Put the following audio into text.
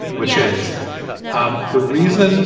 which is um the reason